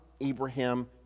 Abraham